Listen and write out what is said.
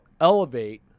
elevate –